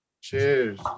Cheers